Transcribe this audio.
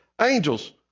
Angels